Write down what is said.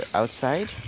outside